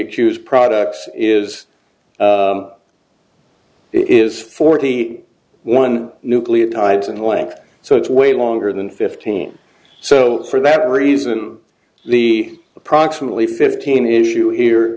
accused products is it is forty one nucleotides in length so it's way longer than fifteen so for that reason the approximately fifteen issue here